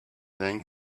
then